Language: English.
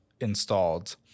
installed